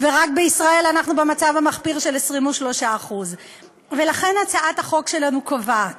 ורק בישראל אנחנו במצב המחפיר של 23%. ולכן הצעת החוק שלנו קובעת